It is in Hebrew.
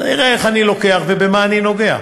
אני אראה איך אני לוקח ובמה אני נוגע.